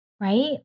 right